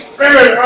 Spirit